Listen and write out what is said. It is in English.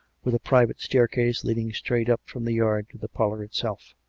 with a private stair case leading straight up from the yard to the parlour itself.